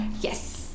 yes